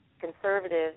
conservative